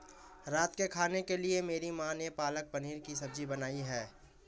रात के खाने के लिए मेरी मां ने पालक पनीर की सब्जी बनाई है